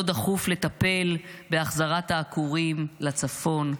לא דחוף לטפל בהחזרת העקורים לצפון,